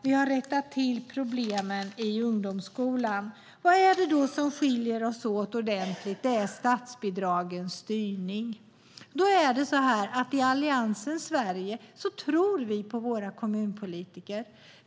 Vi har rättat till problemen i ungdomsskolan. Vad är det då som skiljer oss åt ordentligt? Det är statsbidragens styrning. I Alliansens Sverige tror vi på våra kommunpolitiker.